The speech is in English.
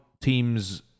teams